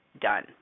done